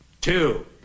Two